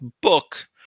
book